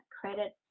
credit